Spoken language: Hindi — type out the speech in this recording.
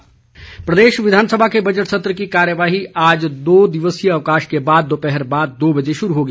विधानसभा प्रदेश विधानसभा के बजट सत्र की कार्यवाही आज दो दिवसीय अवकाश के बाद दोपहर बाद दो बजे शुरू होगी